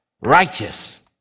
righteous